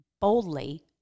Boldly